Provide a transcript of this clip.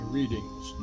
Readings